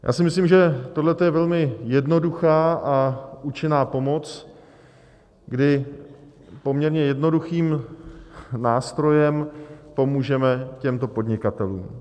Já si myslím, že tohle je velmi jednoduchá a účinná pomoc, kdy poměrně jednoduchým nástrojem pomůžeme těmto podnikatelům.